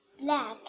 Black